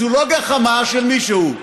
זו לא גחמה של מישהו.